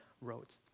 wrote